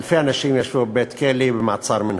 אלפי אנשים ישבו בבית-כלא במעצר מינהלי.